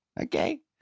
okay